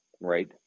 right